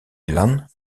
lan